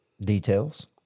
Details